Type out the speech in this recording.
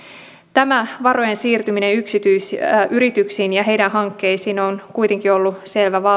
tämä varojen siirtyminen yksityisyrityksiin ja heidän hankkeisiinsa on kuitenkin ollut selvä